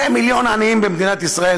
2 מיליון עניים בישראל,